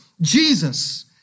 Jesus